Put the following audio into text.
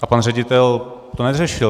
A pan ředitel to neřešil.